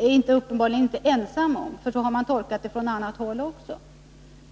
jag uppenbarligen inte ensam om, utan så har man tolkat det på annat håll också.